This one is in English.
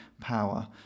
power